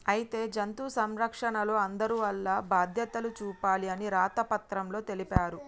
అయితే జంతు సంరక్షణలో అందరూ వాల్ల బాధ్యతలు చూపాలి అని రాత పత్రంలో తెలిపారు